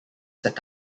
set